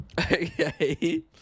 Okay